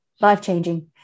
life-changing